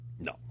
No